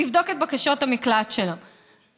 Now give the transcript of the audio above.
לבדוק את בקשות המקלט שלהם.